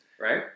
right